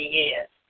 years